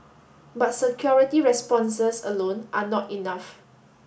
but security responses alone are not enough